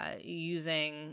using